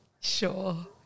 Sure